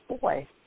boy